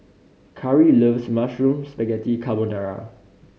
Khari loves Mushroom Spaghetti Carbonara